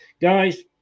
Guys